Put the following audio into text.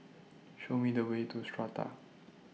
Show Me The Way to Strata